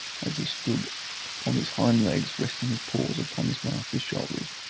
as he stood upon his hind legs resting his paws upon his master's shoulders,